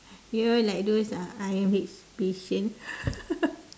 you know like those uh I_M_H patients